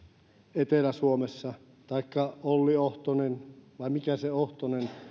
etelä suomessa taikka olli ohtonen vai mikä ohtonen